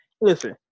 listen